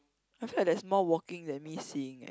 I feel like there's more walking than me seeing eh